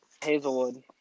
Hazelwood